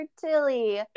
Tilly